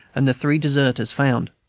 and the three deserters found.